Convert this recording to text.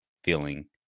feeling